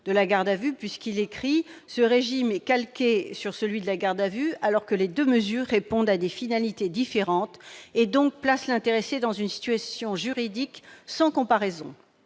de la garde à vue, puisqu'il y est indiqué que « ce régime est calqué sur celui de la garde à vue alors que les deux mesures répondent à des finalités différentes et donc placent l'intéressé dans une situation juridique sans comparaison ».